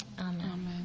Amen